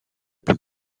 plus